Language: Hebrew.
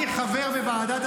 חבר הכנסת